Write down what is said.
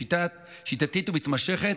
שיטתית ומתמשכת,